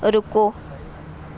رکو